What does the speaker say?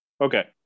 Okay